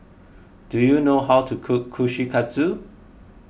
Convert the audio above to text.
do you know how to cook Kushikatsu